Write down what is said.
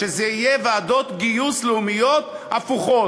שזה יהיה ועדות גיוס לאומיות הפוכות.